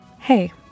Hey